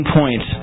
point